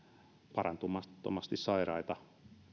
parantumattomasti sairaita